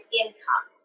income